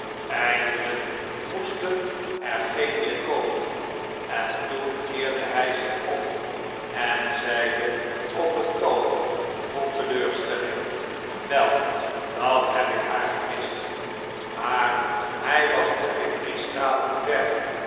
eindelijk moesten er geen meer komen en toen keerde hij zich om en zeide op een toon vol teleurstelling wel dan heb ik haargemist maar hij was nog geen drie straten ver